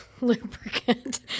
lubricant